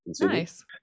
Nice